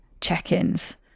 check-ins